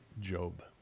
Job